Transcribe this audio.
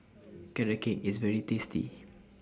Carrot Cake IS very tasty